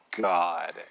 God